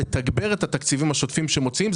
לתגבר את התקציבים השוטפים שמוציאים.